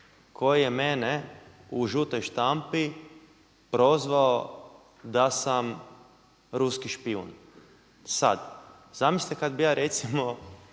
koji je mene u žutoj štampi prozvao da sam ruski špijun. Sad, zamislite kada bih ja recimo